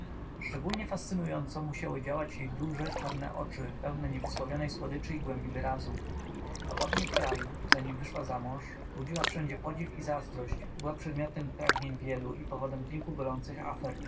szczególnie fascynująco musiały działać jej duże czarne oczy pełne niewysłowionej słodyczy i głębi wyrazu podobnie w kraju zanim wyszła za mąż budziła wszędzie podziw i zazdrość była przedmiotem pragnień wielu i powodem kilku gorących